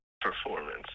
performance